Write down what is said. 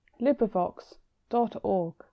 LibriVox.org